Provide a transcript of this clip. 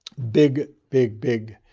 big, big, big